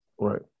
right